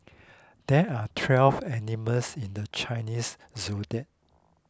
there are twelve animals in the Chinese zodiac